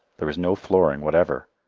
there is no flooring whatever.